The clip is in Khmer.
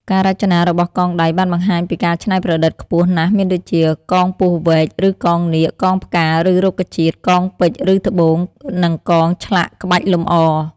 ការរចនារបស់កងដៃបានបង្ហាញពីការច្នៃប្រឌិតខ្ពស់ណាស់មានដូចជា កងពស់វែក ឬកងនាគ កងផ្កា ឬរុក្ខជាតិ កងពេជ្រ ឬត្បូង និងកងឆ្លាក់ក្បាច់លម្អ។